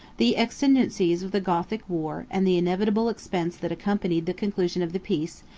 the exigencies of the gothic war, and the inevitable expense that accompanied the conclusion of the peace,